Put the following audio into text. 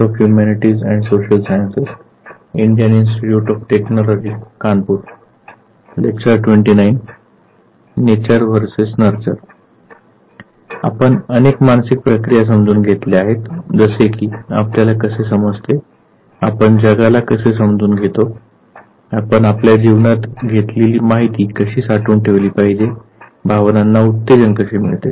आता आपण अनेक मानसिक प्रक्रिया समजून घेतल्या आहेत जसे की आपल्याला कसे समजते आपण जगाला कसे समजून घेतो आपण आपल्या जीवनात घेतलेली माहिती कशी साठवून ठेवली पाहिजे भावनांना उत्तेजन कसे मिळते